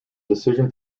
decision